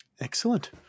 Excellent